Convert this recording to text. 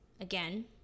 again